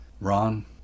Ron